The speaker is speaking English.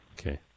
okay